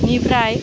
बेनिफ्राय